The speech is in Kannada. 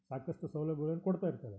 ಸಾಕಷ್ಟು ಸೌಲಭ್ಯಗಳನ್ನ ಕೊಡ್ತಾ ಇರ್ತಾರೆ